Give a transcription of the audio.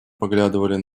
поглядывали